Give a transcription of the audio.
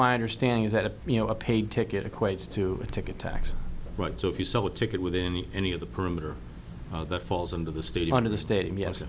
my understanding is that you know a paid ticket equates to a ticket tax right so if you saw a ticket with any any of the perimeter that falls under the state under the stadium yes